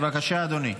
בבקשה, אדוני.